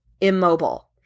immobile